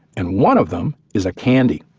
and one of them is a candy,